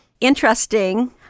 interesting